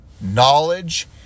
knowledge